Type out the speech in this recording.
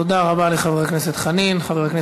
תודה רבה לחבר הכנסת דב